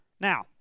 Now